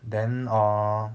then err